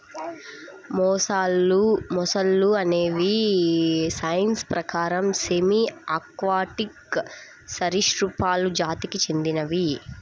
మొసళ్ళు అనేవి సైన్స్ ప్రకారం సెమీ ఆక్వాటిక్ సరీసృపాలు జాతికి చెందినవి